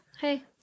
hey